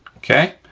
okay?